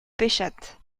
pêchâtes